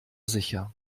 sicher